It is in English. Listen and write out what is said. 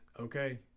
okay